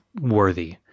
worthy